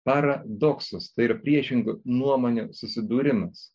paradoksus tai yra priešingų nuomonių susidūrimas